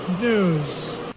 news